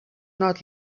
not